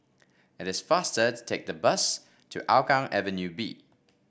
it is faster to take the bus to Hougang Avenue B